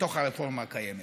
בתוך הרפורמה הקיימת.